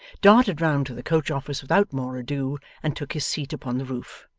darted round to the coach-office without more ado, and took his seat upon the roof.